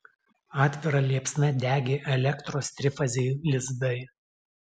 atvira liepsna degė elektros trifaziai lizdai